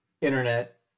internet